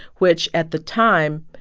which, at the time,